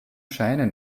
scheine